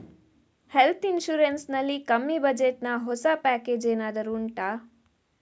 health insurance ನಲ್ಲಿ ಕಮ್ಮಿ budget ನ ಹೊಸ ಪ್ಯಾಕೇಜ್ ಏನಾದರೂ ಉಂಟಾ